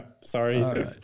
sorry